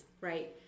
Right